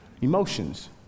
Emotions